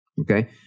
okay